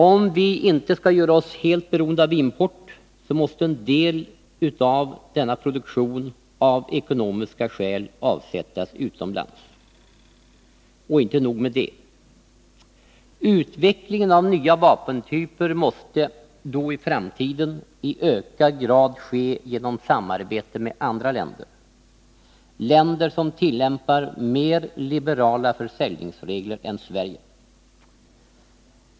Om vi inte skall göra oss helt beroende av import måste av ekonomiska skäl en del av denna produktion avsättas utomlands. Och inte nog med det — utvecklingen av nya vapentyper måste då i framtiden i ökad grad ske i samarbete med andra länder, länder som tillämpar mer liberala försäljningsregler än Sverige.